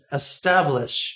establish